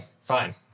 Fine